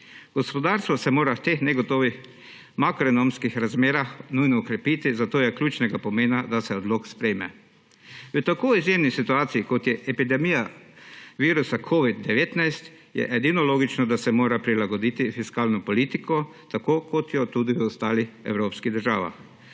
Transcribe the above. Gospodarstvo se mora v teh negotovih makroekonomskih razmerah nujno okrepiti, zato je ključnega pomena, da se odlok sprejme. V tako izjemni situaciji, kot je epidemija virusa covid-19, je edino logično, da se mora prilagoditi fiskalno politiko, tako kot jo tudi v ostalih evropskih državah.